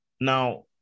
now